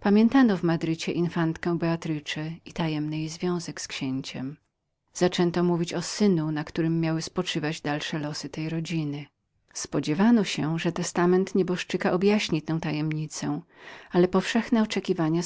pamiętano w madrycie infantkę beatę i tajemny jej związek z księciem zaczęto wspominać o synu na którym miały spoczywać dalsze losy tej rodziny spodziewano się że testament nieboszczyka objaśni tę tajemnicę ale spełzły powszechne oczekiwania